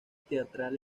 teatral